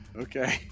Okay